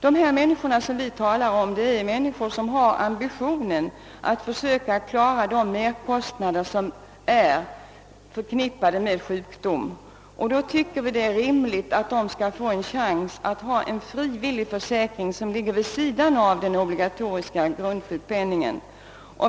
De människor det här gäller är personer som har ambitionen att söka klara de merkostnader som är förknippade med sjukdom, och därför tycker vi att det är rimligt att de skall kunna teckna en frivillig försäkring vid sidan av den obligatoriska grundsjukpenningen.